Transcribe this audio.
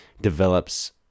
develops